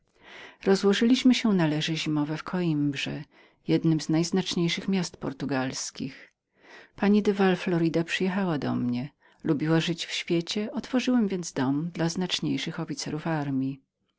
rozłożyliśmy się na leże zimowe w koimbrze jednem z najznaczniejszych miast portugalskich pani de val florida przyjechała do mnie lubiła żyć w świecie otworzyłem więc dom dla zacniejszych oficerów armji